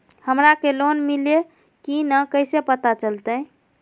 हमरा के लोन मिल्ले की न कैसे पता चलते?